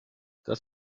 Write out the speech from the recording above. das